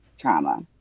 trauma